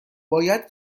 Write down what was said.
باید